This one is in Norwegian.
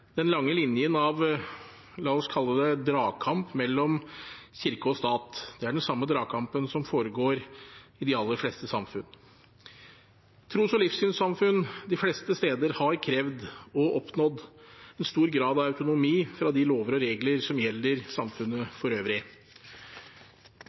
den lange linjen av – la oss kalle det – dragkamp mellom kirke og stat. Det er den samme dragkampen som foregår i de aller fleste samfunn. Tros- og livssynssamfunn de fleste steder har krevd, og oppnådd, en stor grad av autonomi fra de lover og regler som gjelder i samfunnet